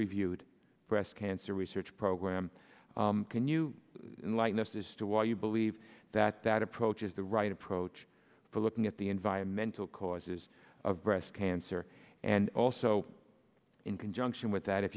reviewed breast cancer research program can you likeness as to why you believe that that approach is the right approach for looking at the environmental causes of breast cancer and also in conjunction with that if